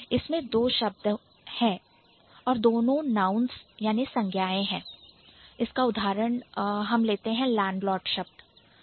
इसमें दो शब्द है और दोनों संज्ञा है इसका उदाहरण Landlord लैंडलॉर्ड शब्द लेंगे